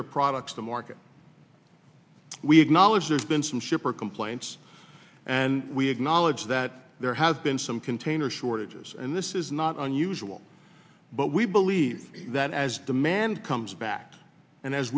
their products to market we acknowledge there's been some shipper complaints and we acknowledge that there have been some container shortages and this is not unusual but we believe that as demand comes back and as